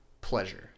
pleasure